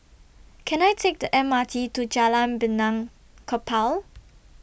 Can I Take The M R T to Jalan Benaan Kapal